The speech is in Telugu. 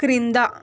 క్రింద